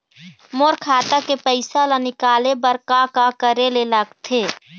मोर खाता के पैसा ला निकाले बर का का करे ले लगथे?